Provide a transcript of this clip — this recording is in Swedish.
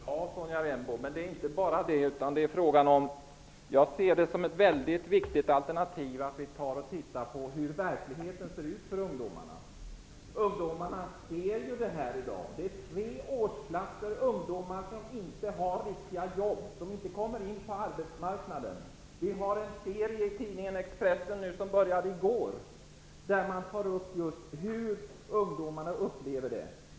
Herr talman! Sonja Rembo, det är inte bara detta det är fråga om. Jag ser det som ett väldigt viktigt alternativ att se på hur verkligheten ser ut för ungdomarna. Det handlar om tre årsklasser ungdomar som inte kommer in på arbetsmarknaden. Tidningen Expressen inledde i går en serie som just tar upp frågan om hur ungdomarna upplever situationen.